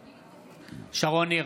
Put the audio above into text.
בעד שרון ניר,